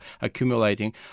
accumulating